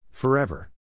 Forever